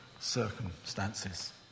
circumstances